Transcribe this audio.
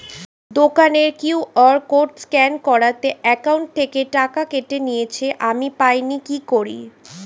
দোকানের QR code scan করাতে account থেকে টাকা কেটে নিয়েছে, আমি পাইনি কি করি?